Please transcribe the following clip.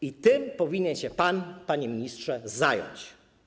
I tym powinien się pan, panie ministrze, zająć.